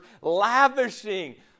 lavishing